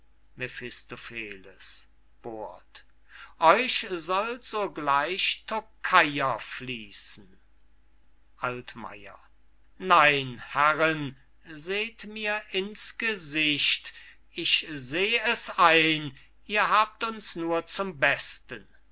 euch soll sogleich tokayer fließen altmayer nein herren seht mir in's gesicht ich seh es ein ihr habt uns nur zum besten